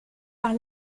par